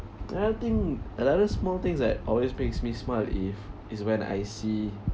then I think another small things that always makes me smile if is when I see